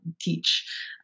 teach